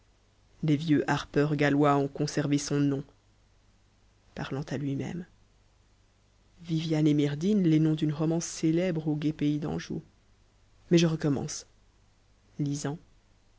les vieux harpeurs gallois ont conservé son nom r t mt m wf viviane et myrdhinn les noms d'une romance cétèbrc au gai pays d'anjou mais je commence mm